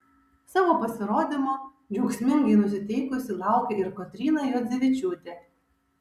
savo pasirodymo džiaugsmingai nusiteikusi laukė ir kotryna juodzevičiūtė